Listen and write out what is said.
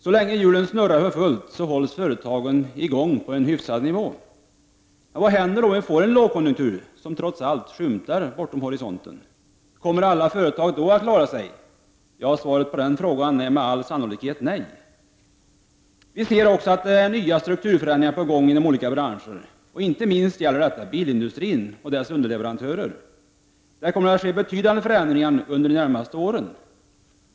Så länge hjulen snurrar för fullt hålls företagen i gång på en hyfsad nivå. Men vad händer om vi får en lågkonjunktur, som trots allt skymtar bortom horisonten? Kommer alla företag då att klara sig? Svaret på den frågan är med all sannolikhet nej. Vi ser också att det är nya strukturförändringar på gång inom olika branscher, inte minst när det gäller bilindustrin och dess underleverantörer. Där kommer det att ske betydande förändringar inom de närmaste åren.